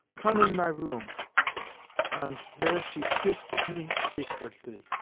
come in my room ant zere she kisset me secretly.